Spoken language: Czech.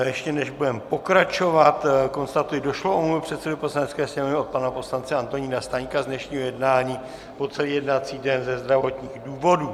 Ještě než budeme pokračovat, konstatuji omluvu došlou předsedovi Poslanecké sněmovny od pana poslance Antonína Staňka z dnešního jednání po celý jednací den ze zdravotních důvodů.